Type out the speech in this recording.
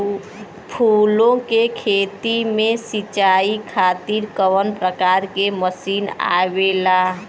फूलो के खेती में सीचाई खातीर कवन प्रकार के मशीन आवेला?